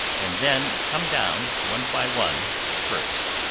and then come down, one by one, at first.